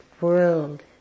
world